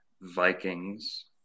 Vikings